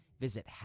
Visit